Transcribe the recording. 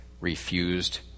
refused